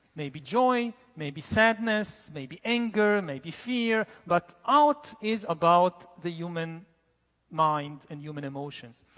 maybe joy, maybe sadness, maybe anger, and maybe fear but art is about the human mind and human emotions.